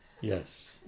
Yes